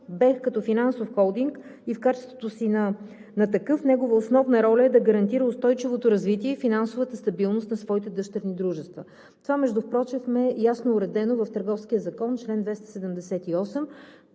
БЕХ като финансов холдинг и в качеството си на такъв негова основна роля е да гарантира устойчивото развитие и финансовата стабилност на своите дъщерни дружества. Това впрочем е ясно уредено в Търговския закон – чл. 278,